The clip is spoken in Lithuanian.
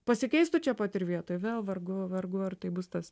pasikeistų čia pat ir vietoj vėl vergu vergu ar tai bus tas